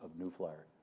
new flyer.